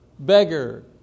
beggar